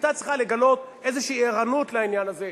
היתה צריכה לגלות איזו ערנות לעניין הזה.